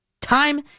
Time